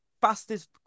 fastest